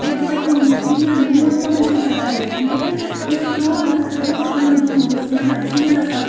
بیٚیہِ باقٕے تیٖل نون تِمَن تہِ چھے ہاے ریٹ لیکِن یُس پرون وَقت اوس تِمَن دۄہَن اوس مطلب چیز آسان اَکھ